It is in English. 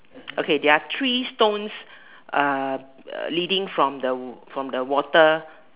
okay there are three stones leading from the water